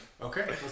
Okay